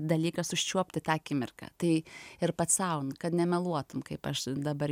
dalykas užčiuopti tą akimirką tai ir pats sau kad nemeluotum kaip aš dabar